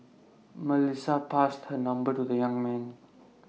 Melissa passed her number to the young man